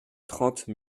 trente